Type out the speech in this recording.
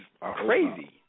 crazy